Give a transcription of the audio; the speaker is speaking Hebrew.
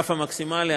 ברף המקסימלי,